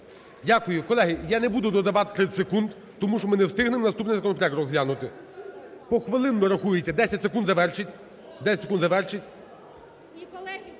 Дякую. Колеги, я не буду додавати 30 секунд, тому що ми не встигнемо наступний законопроект розглянути. Похвилинно рахується. 10 секунд, завершіть.